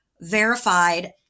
verified